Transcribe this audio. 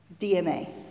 DNA